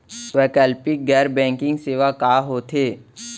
वैकल्पिक गैर बैंकिंग सेवा का होथे?